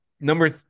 number